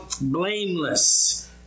blameless